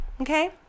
okay